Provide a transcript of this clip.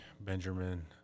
Benjamin